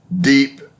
deep